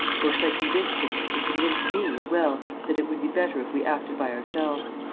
vaucheray convinced him and convinced me as well that it would be better if we acted by ourselves.